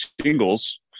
singles